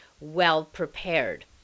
well-prepared